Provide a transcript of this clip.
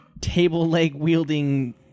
table-leg-wielding